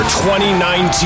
2019